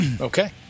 okay